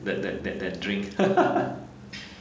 that that that that drink